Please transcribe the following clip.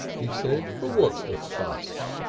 he said. but what's the fuss?